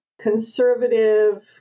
conservative